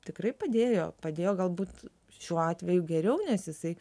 tikrai padėjo padėjo galbūt šiuo atveju geriau nes jisai